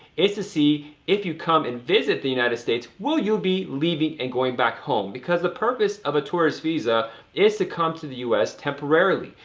is to see if you come and visit the united states, will you be leaving and going back home? because the purpose of a tourist visa is to come to the u s. temporarily,